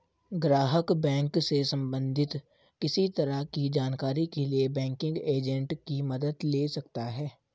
ग्राहक बैंक से सबंधित किसी तरह की जानकारी के लिए बैंकिंग एजेंट की मदद ले सकता है